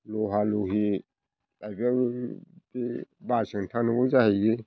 लहा लायबाबो बे बासजों थांनांगौ जाहैयो